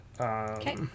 Okay